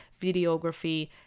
videography